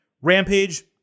Rampage